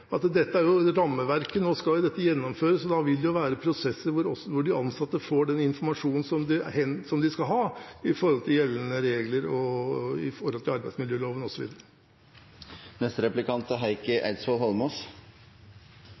at dette er rammeverket, og nå skal dette gjennomføres, og da vil det være prosesser hvor de ansatte får den informasjonen de skal ha i forhold til gjeldende regler, arbeidsmiljøloven osv. Representanten Jegstad har jo lang erfaring fra Akershus fylkeskommune, som bl.a. er eier av deler av Ruter sammen med Oslo kommune. I Ruter, Akershus og